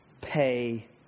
pay